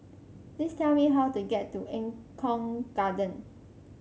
please tell me how to get to Eng Kong Garden